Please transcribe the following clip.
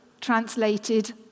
translated